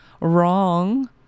Wrong